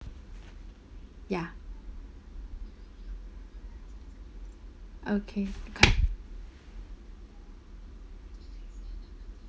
ya okay correct